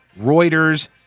Reuters